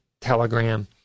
Telegram